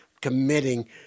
committing